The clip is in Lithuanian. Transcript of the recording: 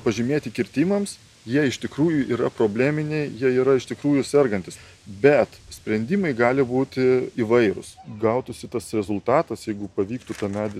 pažymėti kirtimams jie iš tikrųjų yra probleminiai jie yra iš tikrųjų sergantys bet sprendimai gali būti įvairūs gautųsi tas rezultatas jeigu pavyktų tą medį